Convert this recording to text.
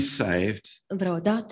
saved